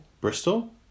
Bristol